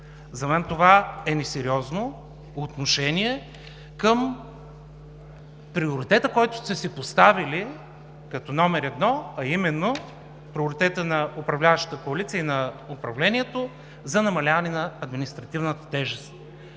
За мен това е несериозно отношение към приоритета, който сте си поставили като номер едно, а именно приоритета на управляващата коалиция и на управлението за намаляване на административната тежест.